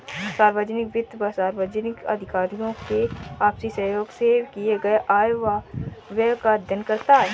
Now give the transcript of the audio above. सार्वजनिक वित्त सार्वजनिक अधिकारियों की आपसी सहयोग से किए गये आय व व्यय का अध्ययन करता है